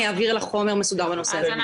אני אעביר לה חומר מסודר בנושא הזה.